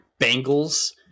Bengals